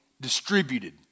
distributed